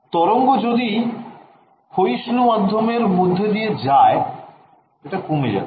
তরঙ্গ যদি ক্ষয়িষ্ণু মাধ্যমের মধ্যে দিয়ে যায় এটা কমে যাবে